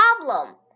problem